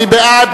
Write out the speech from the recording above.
מי בעד?